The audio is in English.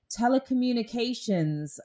telecommunications